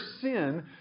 sin